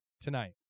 tonight